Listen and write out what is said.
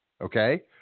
Okay